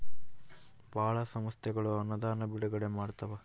ಭಾಳ ಸಂಸ್ಥೆಗಳು ಅನುದಾನ ಬಿಡುಗಡೆ ಮಾಡ್ತವ